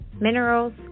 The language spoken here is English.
minerals